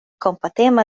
kompatema